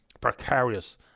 precarious